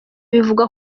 bivugwa